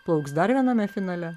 plauks dar viename finale